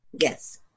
Yes